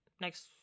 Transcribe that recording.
Next